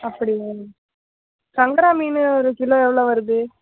அப்படியா சங்கரா மீன் ஒரு கிலோ எவ்வளோ வருது